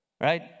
Right